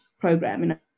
program